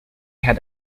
had